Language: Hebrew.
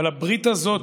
אבל הברית הזאת,